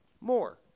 More